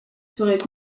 ferait